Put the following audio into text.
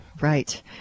right